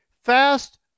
fast